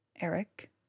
Eric